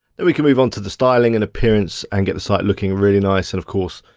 then we can move on to the styling and appearance and get the site looking really nice and of course,